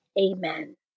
Amen